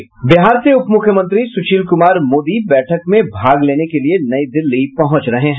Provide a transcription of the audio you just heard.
साथ ही बिहार से उप मुख्यमंत्री सुशील कुमार मोदी बैठक में भाग लेने के लिए नई दिल्ली पहुंच रहे हैं